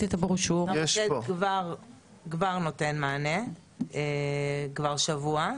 המוקד נותן מענה כבר שבוע.